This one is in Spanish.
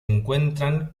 encuentran